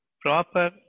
proper